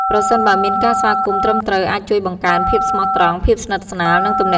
ប្រសិនបើមានការស្វាគមន៍ត្រឹមត្រូវអាចជួយបង្កើនភាពស្មោះត្រង់ ភាពស្និទ្ធិស្នាល និងទំនាក់ទំនងល្អក្នុងសង្គមនិងគ្រួសារ។